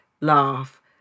laugh